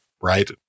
right